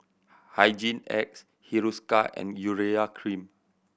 Hygin X Hiruscar and Urea Cream